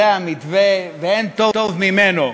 זה המתווה ואין טוב ממנו.